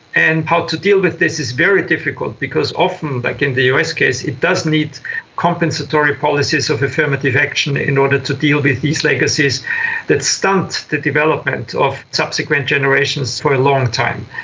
and how to deal with is very difficult because often, like in the us case, it does need compensatory policies of affirmative action in order to deal with these legacies that stunt the development of subsequent generations for a long time.